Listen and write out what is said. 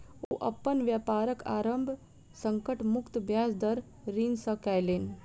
ओ अपन व्यापारक आरम्भ संकट मुक्त ब्याज दर ऋण सॅ केलैन